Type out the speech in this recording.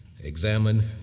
examine